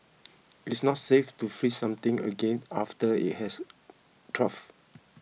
it is not safe to freeze something again after it has